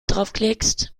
draufklickst